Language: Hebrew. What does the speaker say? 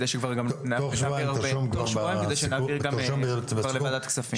על מנת שכבר נעביר לוועדת הכספים תוך שבועיים.